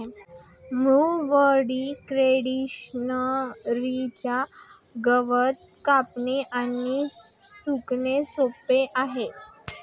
mower कंडिशनरचे गवत कापणे आणि सुकणे सोपे आहे